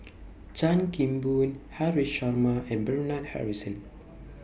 Chan Kim Boon Haresh Sharma and Bernard Harrison